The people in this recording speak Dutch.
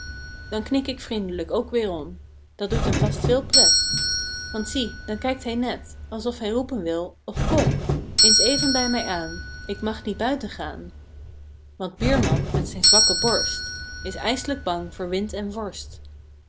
dan knik ik vriend'lijk ook weerom dat doet hem vast veel pret want zie dan kijkt hij net alsof hij roepen wil och kom eens even bij mij aan ik mag niet buiten gaan want buurman met zijn zwakke borst is ijs'lijk bang voor wind en vorst